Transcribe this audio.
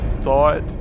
thought